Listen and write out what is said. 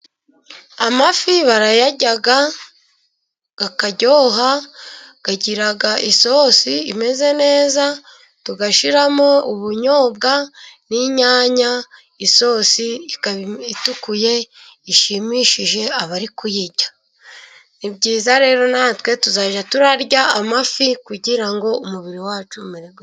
Amafi barayarya akaryoha akagira isosi imeze neza tugashyiramo ubunyobwa n'inyanya isosi ikaba itukuye ishimishije abari kuyirya. Ni byiza rero natwe tuzajya turya amafi kugira ngo umubiri wacu umererwe neza.